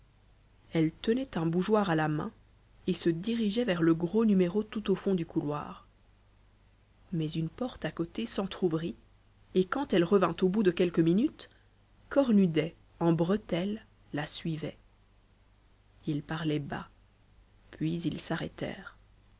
elle tenait un bougeoir à la main et se dirigeait vers le gros numéro tout au fond du couloir mais une porte à côté s'entr'ouvrit et quand elle revint au bout de quelques minutes cornudet en bretelles la suivait ils parlaient